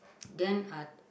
then uh